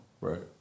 Right